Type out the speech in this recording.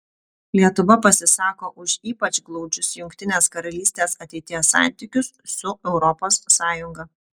lietuva pasisako už ypač glaudžius jungtinės karalystės ateities santykius su europos sąjunga